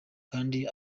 kandi